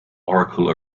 oracle